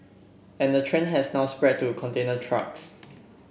and the trend has now spread to container trucks